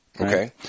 Okay